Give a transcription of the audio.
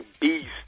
beast